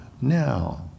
now